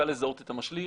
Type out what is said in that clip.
קל לזהות את המשליך,